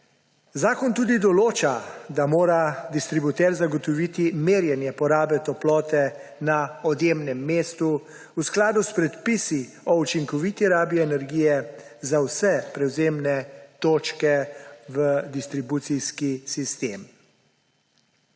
Zakon tudi določa, da mora distributer zagotoviti merjenje porabe toplote na odjemnem mestu v skladu s predpisi o učinkoviti rabi energije za vse prevzemne točke v distribucijski sistem.